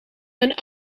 mijn